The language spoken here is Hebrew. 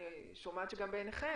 אני שומעת שגם בעיניכם,